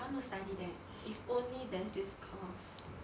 I want to study that eh if only there's this course